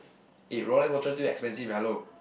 eh Rolex watches still expensive hello